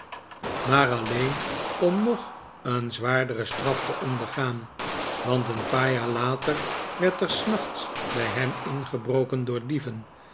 maar alleen om nog een zwaardere straf te ondergaan want een paar jaar later werd er s nachts bij hem ingebroken door dieven